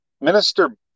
Minister